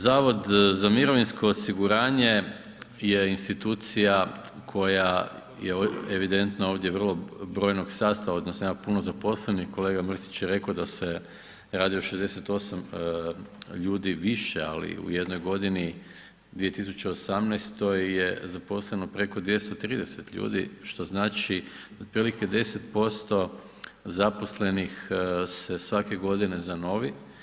Zavod za mirovinsko osiguranje je institucija koja je evidentno ovdje vrlo brojnog sastava odnosno ima puno zaposlenih, kolega Mrsić je rekao da se radi o 68 ljudi više ali u jednoj godini 2018. je zaposleno preko 230 ljudi što znači otprilike 10% zaposlenih se svake godine zanovi.